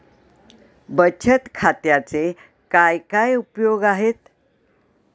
बचत खात्याचे काय काय उपयोग आहेत?